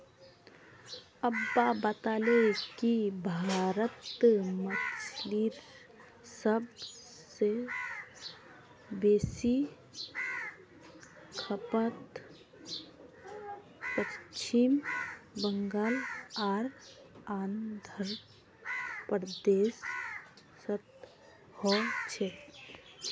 अब्बा बताले कि भारतत मछलीर सब स बेसी खपत पश्चिम बंगाल आर आंध्र प्रदेशोत हो छेक